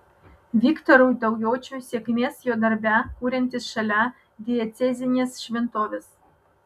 viktorui daujočiui sėkmės jo darbe kuriantis šalia diecezinės šventovės